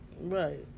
Right